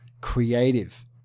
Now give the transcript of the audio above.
creative